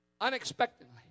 unexpectedly